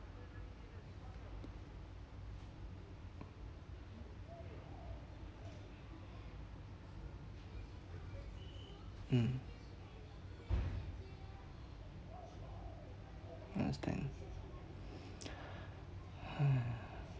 mm I understand !haiya!